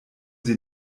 sie